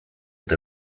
eta